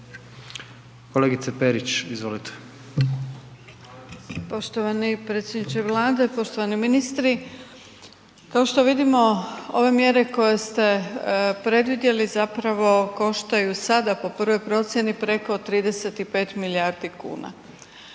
**Perić, Grozdana (HDZ)** Poštovani predsjedniče Vlade, poštovani ministri. Kao što vidimo, ove mjere koje ste predvidjeli, zapravo koštaju sada po prvoj procjeni preko 35 milijardi kuna.